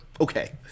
Okay